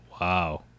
Wow